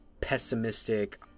pessimistic